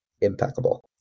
Impeccable